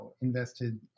invested